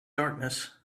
darkness